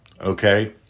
okay